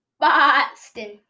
Boston